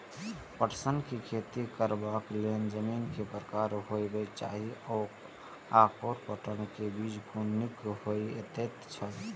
पटसन के खेती करबाक लेल जमीन के प्रकार की होबेय चाही आओर पटसन के बीज कुन निक होऐत छल?